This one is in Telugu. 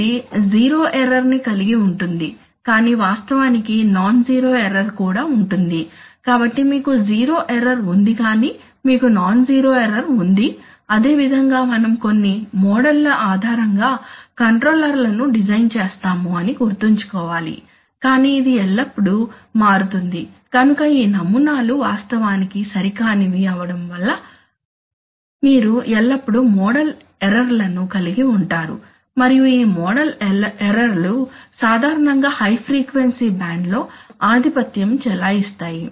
ఇది జీరో ఎర్రర్ ని కలిగి ఉంటుంది కాని వాస్తవానికి నాన్ జీరో ఎర్రర్ కూడా ఉంటుంది కాబట్టి మీకు జీరో ఎర్రర్ ఉంది కాని మీకు నాన్ జీరో ఎర్రర్ ఉంది అదేవిధంగా మనం కొన్ని మోడళ్ల ఆధారంగా కంట్రోలర్లను డిజైన్ చేస్తాము అని గుర్తుంచుకోవాలి కానీ ఇది ఎల్లప్పుడూ మారుతుంది కనుక ఈ నమూనాలు వాస్తవానికి సరికానివి అవడం వల్ల మీరు ఎల్లప్పుడూ మోడల్ ఎర్రర్ లను కలిగి ఉంటారు మరియు ఈ మోడల్ ఎర్రర్ లు సాధారణంగా హై ఫ్రీక్వెన్సీ బ్యాండ్లో ఆధిపత్యం చెలాయిస్తాయి